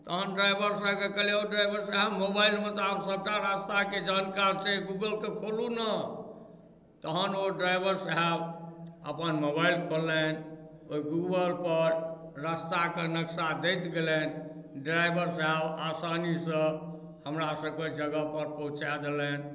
तहन ड्राइवर साहेबके कहलियनि औ ड्राइवर साहब मोबाइलमे तऽ आब सबटा रस्ताके जानकार छै गूगलके खोलू ने तहन ओ ड्राइवर साहब अपन मोबाइल खोललनि तऽ गूगलपर रस्ताके नक्शा देख लेलनि ड्राइवर साहब हमरा आसानीसँ हमरा सबके जगह पर पहुँचा देलनि